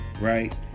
right